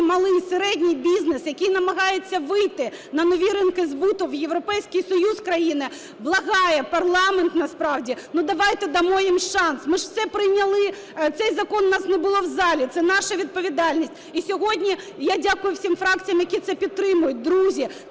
малий і середній бізнес, який намагається вийти на нові ринки збуту в Європейський Союз, країни, благає парламент насправді. Ну, давайте дамо їм шанс. Ми ж все прийняли. Цей закон… Нас не було в залі. Це наша відповідальність. І сьогодні я дякую всім фракціям, які це підтримують. Друзі,